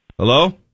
Hello